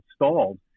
installed